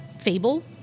fable